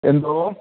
എന്തോ